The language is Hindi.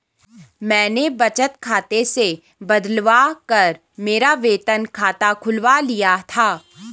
मैंने बचत खाते से बदलवा कर मेरा वेतन खाता खुलवा लिया था